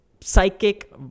psychic